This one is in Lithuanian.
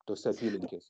tose apylinkės